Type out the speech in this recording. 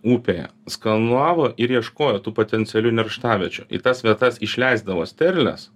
upėje skanavo ir ieškojo tų potencialių nerštaviečių į tas vietas išleisdavo sterles